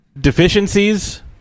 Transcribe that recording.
deficiencies